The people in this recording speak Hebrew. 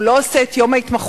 הוא לא עושה את יום ההתמחות.